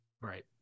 Right